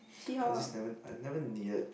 I just never I never needed